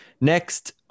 next